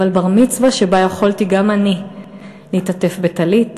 אבל בר-מצווה שבה יכולתי גם אני להתעטף בטלית,